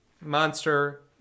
monster